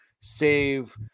save